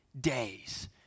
days